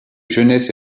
jeunesse